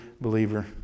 believer